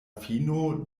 fino